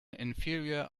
inferior